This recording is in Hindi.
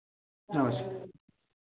अच्छा